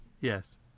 Yes